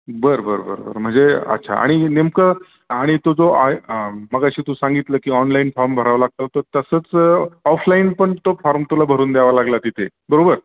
बर बर बर बर म्हणजे अच्छा आणि नेमकं आणि तो जो आ मगाशी तू सांगितलं की ऑनलाईन फॉर्म भरावा लागतो तर तसंच ऑफलाईन पण तो फॉर्म तुला भरून द्यावा लागला तिथे बरोबर